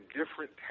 different